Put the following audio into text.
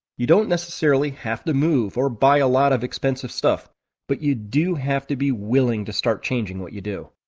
you don't necessarily have to move, or buy a lot of expensive stuff but you do have to be willing to start changing what you do.